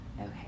Okay